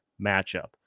matchup